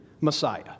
Messiah